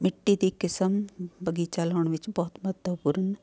ਮਿੱਟੀ ਦੀ ਕਿਸਮ ਬਗੀਚਾ ਲਾਉਣ ਵਿੱਚ ਬਹੁਤ ਮਹੱਤਵਪੂਰਨ